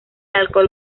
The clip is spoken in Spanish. alcohol